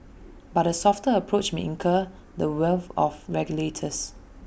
but A softer approach may incur the wrath of regulators